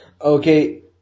Okay